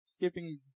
skipping